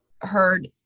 heard